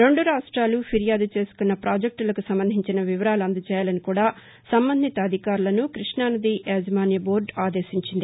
రెండు రాష్ట్రెలు ఫిర్యాదు చేసుకున్న పాజెక్టులకు సంబంధించిన వివరాలు అందజేయాలని కూడా సంబంధిత అధికారులను కృష్ణానది యాజమాన్య బోర్దు ఆదేశించింది